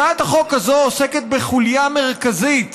הצעת החוק הזאת עוסקת בחוליה מרכזית